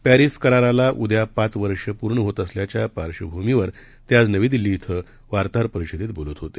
Paris कराराला उद्या पाच वर्ष पूर्ण होत असल्याच्या पार्श्वभूमीवर ते आज नवी दिल्ली क्विं पत्रकार परिषदेत बोलत होते